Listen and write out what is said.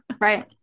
Right